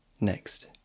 Next